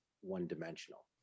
one-dimensional